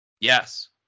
Yes